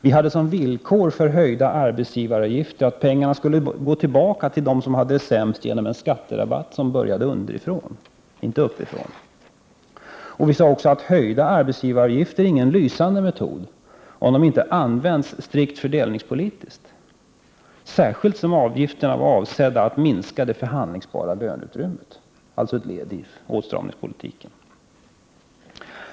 —- Vi hade som villkor för en höjning av arbetsgivaravgifterna att pengarna genom en skatterabatt som började underifrån, inte uppifrån, skulle gå tillbaka till dem som hade det sämst. Vpk sade också att höjda arbetsgivaravgifter inte är någon lysande metod om den inte används strikt fördelningspolitiskt, särskilt som avgifterna var avsedda att minska det förhandlingsbara löneutrymmet, dvs. vara ett led i åtstramningspolitiken.